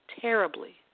terribly